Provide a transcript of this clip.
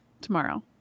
tomorrow